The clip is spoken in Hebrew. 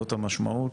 זאת המשמעות,